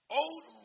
old